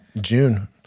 June